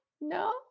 no